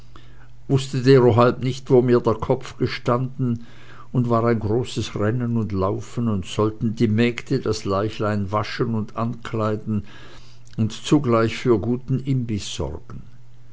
wußte derohalb nicht wo mir der kopf gestanden und war ein großes rennen und laufen und sollten die mägde das leichlein waschen und ankleiden und zugleich für ein guten imbiß sorgen